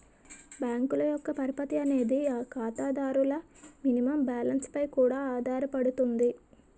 బ్యాంకుల యొక్క పరపతి అనేది ఖాతాదారుల మినిమం బ్యాలెన్స్ పై కూడా ఆధారపడుతుంది